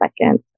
second